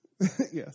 Yes